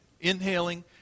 inhaling